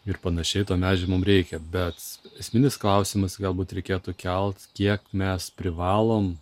ir pan to medžio mums reikia bet esminis klausimas galbūt reikėtų kelt kiek mes privalom